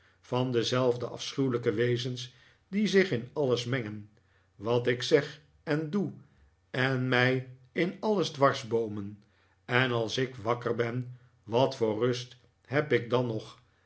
van dezelfde afschuwelijke wezens die zich in alles mengen wat ik zeg en doe en mij in alles dwarsboomen en als ik wakker ben wat voor rust heb ik dan nog